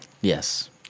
Yes